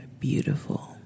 beautiful